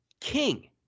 king